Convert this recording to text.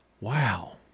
Wow